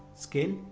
scale,